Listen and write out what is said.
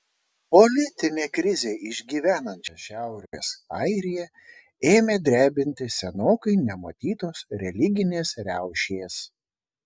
politinę krizę išgyvenančią šiaurės airiją ėmė drebinti senokai nematytos religinės riaušės